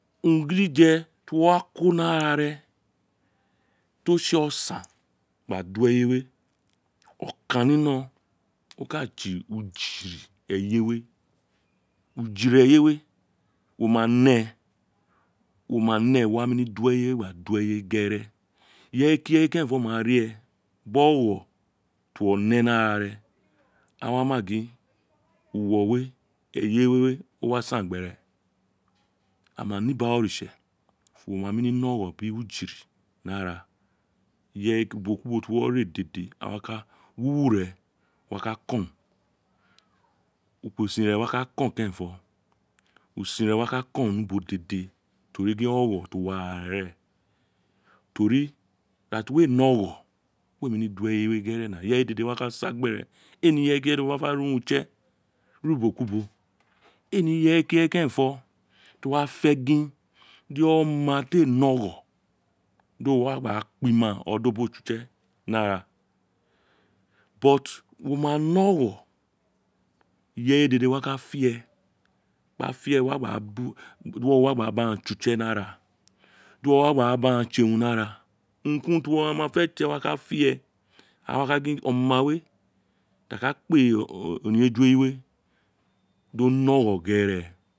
Urun gidije ti wo wa ko ni arare ti otse osaan gba do eyewe okan ni no o ke tse ujirin eyewe ujirin eyewe wo me nee wo ma nee wo wa nemi do eyewe gere ireye ki ireye kerenfo ma ri ye bi ogho ti uwo ne ni dra re a wa ma gin uwo we eyewe wa saan gbere a ma ni ubo a oritse wo ma ne mi ne ogho biri ujirin ni ara ireye bi ubo ku ubo ti uwo re dede a wa ka wuwu re owa ka kun ukpesin re wa ka kon kerenfo usin re wa ka kon ni ubo dede to ri gin ogho too wi arare reen tori ira tr uwo we we be ogho we neni do eyewe gere iweye dede wa ka ba gbere ee ni ireye ki ireye tr o wa ka fe mo ran uwo utse re bo ubo ku ubo ee nr ireye ki ireye kerenfo tr owa fe gin dr oma tr a ne ogbo do wa gba kpima wo ma fr ee gba fi ee gba wa gba tse utse ni ara du uwo wa gba ba aghaan tse urun hi ara urun ku urun tr wo ma mo tse a wa ka fi ee a wa ka gin oma we tr a ka kpe oniye ju eyi dr o ni ogho reen oo